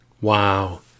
Wow